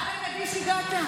עד הקדיש הגעת?